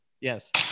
Yes